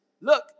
Look